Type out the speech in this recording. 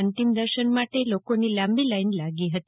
અંતિમ દર્શન માટે લોકોની લાંબી લાઈન લાગી હતી